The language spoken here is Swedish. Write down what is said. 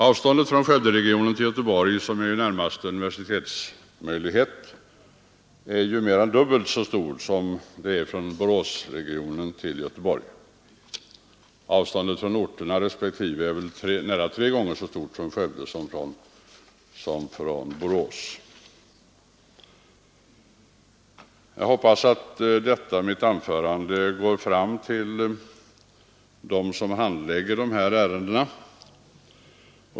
Avståndet från Skövderegionen till Göteborg, som är närmaste universitetsmöjlighet, är mer än dubbelt så stort som avståndet från Boråsregionen till Göteborg. Avståndet till Göteborg är väl nära tre gånger så stort från själva centralorten Skövde som från Borås. Jag hoppas att detta mitt anförande går fram till dem som handlägger dessa ärenden.